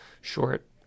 short